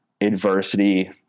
adversity